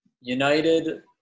United